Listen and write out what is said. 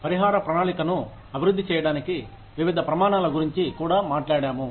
పరిహార ప్రణాళికను అభివృద్ధి చేయడానికి వివిధ ప్రమాణాల గురించి కూడా మాట్లాడాము